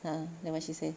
a'ah then what she say